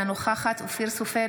אינה נוכחת אופיר סופר,